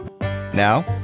Now